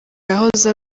yahoze